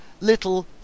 little